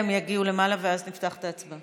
אתה מייצג את ישראל ביתנו.